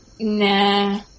Nah